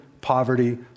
Poverty